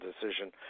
decision